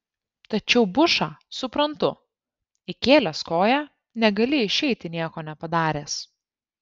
tačiau bušą suprantu įkėlęs koją negali išeiti nieko nepadaręs